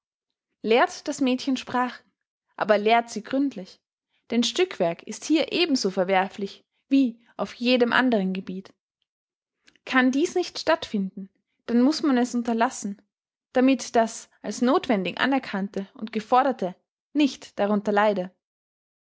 lehrt das mädchen sprachen aber lehrt sie gründlich denn stückwerk ist hier ebenso verwerflich wie auf jedem anderen gebiet kann dies nicht stattfinden dann muß man es unterlassen damit das als nothwendig anerkannte und geforderte nicht darunter leide